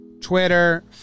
Twitter